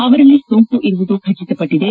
ಅವರಲ್ಲಿ ಸೋಂಕು ಇರುವುದು ದೃಢಪಟ್ಟದೆ